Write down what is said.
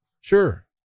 sure